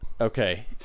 okay